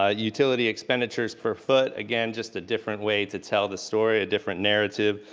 ah utility expenditures per foot, again, just a different way to tell the story, a different narrative.